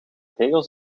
tegels